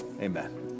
Amen